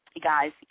Guys